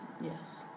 Yes